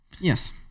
Yes